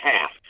half